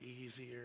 easier